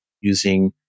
using